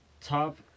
Top